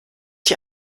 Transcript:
die